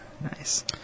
Nice